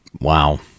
Wow